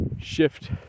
shift